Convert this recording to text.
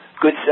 good